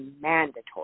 mandatory